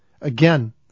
Again